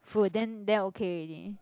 full then then okay already